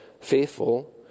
faithful